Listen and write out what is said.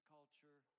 Culture